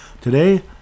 Today